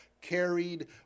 carried